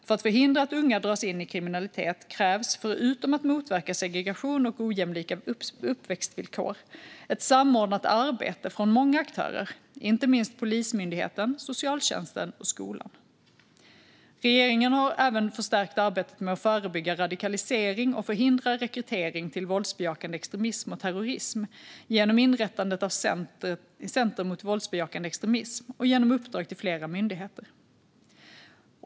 För att förhindra att unga dras in i kriminalitet krävs, förutom att motverka segregation och ojämlika uppväxtvillkor, ett samordnat arbete från många aktörer, inte minst Polismyndigheten, socialtjänsten och skolan. Regeringen har även förstärkt arbetet med att förebygga radikalisering och förhindra rekrytering till våldsbejakande extremism och terrorism genom inrättandet av Center mot våldsbejakande extremism och genom uppdrag till flera myndigheter.